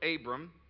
Abram